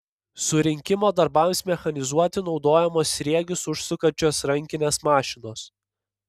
surinkimo darbams mechanizuoti naudojamos sriegius užsukančios rankinės mašinos